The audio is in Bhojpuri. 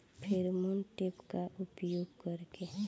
फेरोमोन ट्रेप का उपयोग कर के?